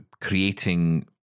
creating